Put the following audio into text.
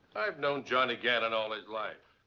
i've known johnny gannon all his life.